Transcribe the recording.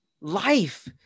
life